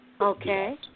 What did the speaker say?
Okay